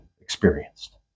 experienced